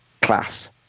class